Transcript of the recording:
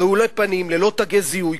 רעולי פנים, ללא תגי זיהוי.